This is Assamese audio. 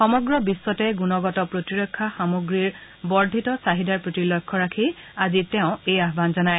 সমগ্ৰ বিশ্বতে গুণগত প্ৰতিৰক্ষা সামগ্ৰীক চাহিদাৰ প্ৰতি লক্ষ্য ৰাখি আজি তেওঁ এই আহান জনায়